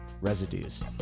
Residues